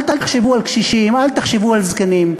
אל תחשבו על קשישים, אל תחשבו על זקנים.